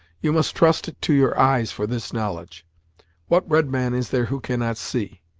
you must trust to your eyes for this knowledge what red man is there who cannot see?